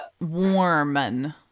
warm